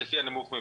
לפי הנמוך ביניהם,